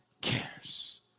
cares